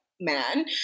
man